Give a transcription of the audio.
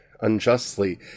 unjustly